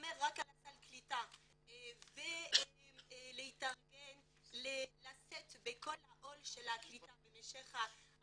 להסתמך רק על סל הקליטה ולהתארגן לשאת בכל העול של הקליטה במשך שנה,